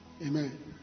Amen